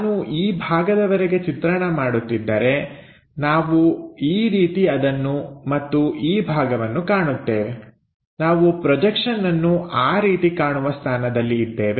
ನಾನು ಈ ಭಾಗದವರೆಗೆ ಚಿತ್ರಣ ಮಾಡುತ್ತಿದ್ದರೆ ನಾವು ಈ ರೀತಿ ಅದನ್ನು ಮತ್ತು ಈ ಭಾಗವನ್ನು ಕಾಣುತ್ತೇವೆ ನಾವು ಪ್ರೊಜೆಕ್ಷನ್ಅನ್ನು ಆ ರೀತಿ ಕಾಣುವ ಸ್ಥಾನದಲ್ಲಿ ಇದ್ದೇವೆ